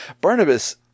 Barnabas